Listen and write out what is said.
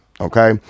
Okay